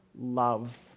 love